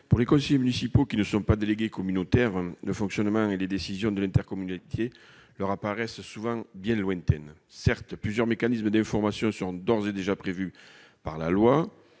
Pour les conseillers municipaux qui ne sont pas délégués communautaires, le fonctionnement et les décisions de l'intercommunalité apparaissent souvent bien lointains. Certes, plusieurs mécanismes d'information sont d'ores et déjà prévus par la loi,